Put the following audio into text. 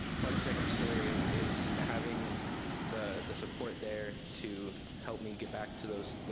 part of second story is having the the support there to help me get back to those,